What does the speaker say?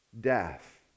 death